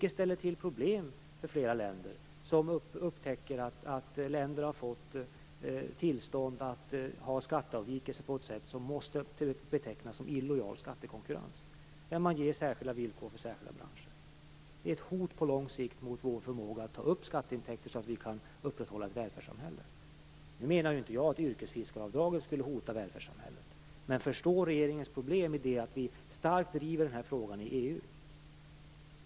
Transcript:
Det ställer till problem för flera länder, som upptäcker att andra länder har fått tillstånd till skatteavvikelse på ett sätt som måste betecknas som illojal skattekonkurrens, t.ex. att man ger särskilda villkor för särskilda branscher. Det är ett hot på lång sikt mot vår förmåga att ta upp skatteintäkter så att vi kan upprätthålla ett välfärdssamhälle. Nu menar inte jag att yrkesfiskaravdraget skulle hota välfärdssamhället, men ni måste förstå regeringens problem i och med att vi starkt driver den här frågan i EU.